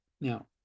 now